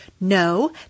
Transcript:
No